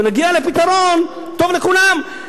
ונגיע לפתרון טוב לכולם,